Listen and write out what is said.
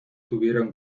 tuvieron